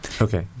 Okay